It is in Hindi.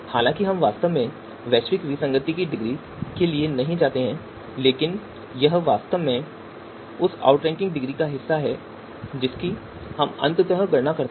हालाँकि हम वास्तव में एक वैश्विक विसंगति की डिग्री के लिए नहीं जाते हैं लेकिन यह वास्तव में उस आउटरैंकिंग डिग्री का हिस्सा है जिसकी हम अंततः गणना करते हैं